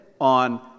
on